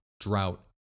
drought